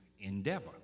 endeavor